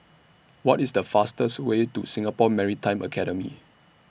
What IS The fastest Way to Singapore Maritime Academy